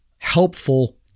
helpful